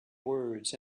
words